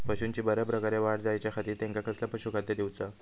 पशूंची बऱ्या प्रकारे वाढ जायच्या खाती त्यांका कसला पशुखाद्य दिऊचा?